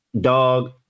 dog